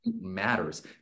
matters